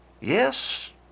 Yes